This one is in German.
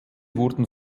wurden